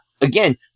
Again